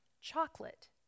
chocolate